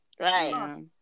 Right